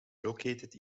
located